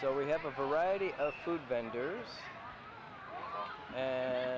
so we have a variety of food vendors and